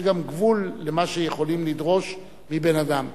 יש גם גבול למה שיכולים לדרוש מבן-אדם.